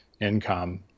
income